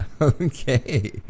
Okay